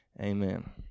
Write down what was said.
amen